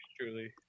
truly